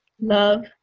Love